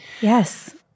yes